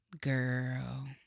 Girl